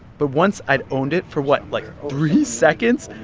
but once i'd owned it for what? like, three seconds,